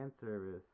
service